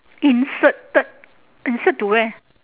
inserted insert to where